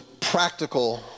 practical